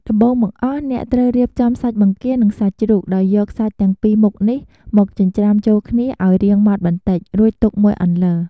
ដំបូងបង្អស់ អ្នកត្រូវ រៀបចំសាច់បង្គា និងសាច់ជ្រូក ដោយយកសាច់ទាំងពីរមុខនេះ មកចិញ្ច្រាំចូលគ្នាឱ្យរៀងម៉ដ្ឋបន្តិច រួចទុកមួយអន្លើ។